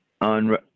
on